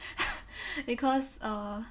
because err